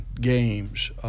games